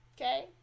okay